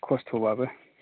खस्थ'बाबो